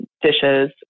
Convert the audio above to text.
dishes